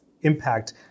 impact